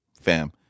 fam